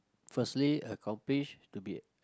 firstly accomplish to be